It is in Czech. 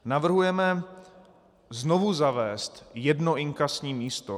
Navrhujeme znovu zavést jedno inkasní místo.